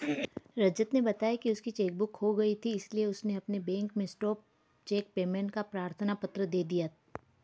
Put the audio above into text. रजत ने बताया की उसकी चेक बुक खो गयी थी इसीलिए उसने अपने बैंक में स्टॉप चेक पेमेंट का प्रार्थना पत्र दे दिया